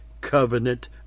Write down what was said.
covenant